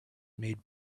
made